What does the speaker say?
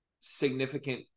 significant